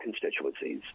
constituencies